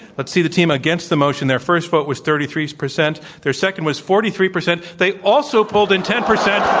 let's see the team against the motion. their first vote was thirty three percent. their second was forty three percent. they also pulled in ten percent.